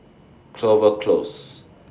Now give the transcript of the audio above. Clover Close